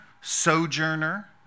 sojourner